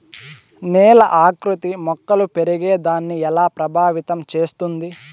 నేల ఆకృతి మొక్కలు పెరిగేదాన్ని ఎలా ప్రభావితం చేస్తుంది?